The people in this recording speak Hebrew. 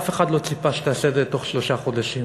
אף אחד לא ציפה שתעשה את זה בתוך שלושה חודשים,